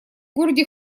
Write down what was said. городе